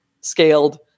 scaled